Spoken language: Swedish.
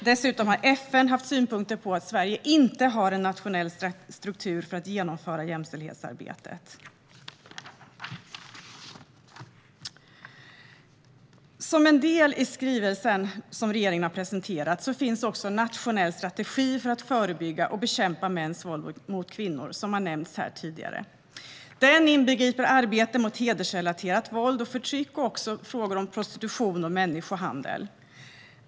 Dessutom har FN haft synpunkter på att Sverige inte har en nationell struktur för att genomföra jämställdhetsarbetet. Som en del i den skrivelse som regeringen har presenterat finns en nationell strategi för att förebygga och bekämpa mäns våld mot kvinnor, vilket har nämnts här tidigare. Denna strategi inbegriper arbete mot hedersrelaterat våld och förtryck samt frågor om prostitution och människohandel.